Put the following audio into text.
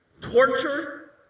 torture